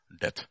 death